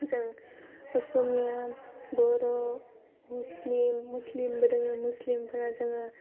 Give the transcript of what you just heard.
जों असमिया बर' मुस्लिम मुस्लिमबो ङोबो मुस्लिमफ्रा जोङो